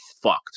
fucked